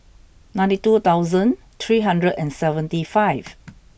ninety two thousand three hundred and seventy five